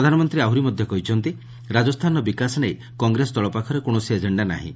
ପ୍ରଧାନମନ୍ତ୍ରୀ ଆହୁରି ମଧ୍ୟ କହିଛନ୍ତି ରାଜସ୍ଥାନ ବିକାଶ ନେଇ କଂଗ୍ରେସ ଦଳ ପାଖରେ କୌଣସି ଏଜେଣା ନାହିଁ